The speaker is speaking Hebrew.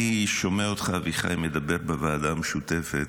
אני שומע אותך, אביחי, מדבר בוועדה המשותפת,